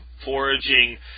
foraging